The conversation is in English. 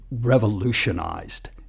revolutionized